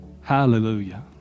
Hallelujah